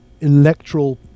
electoral